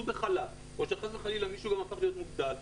בחל"ת או שחס וחלילה מישהו הפך להיות מובטל,